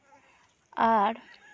ᱟᱨ